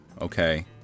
Okay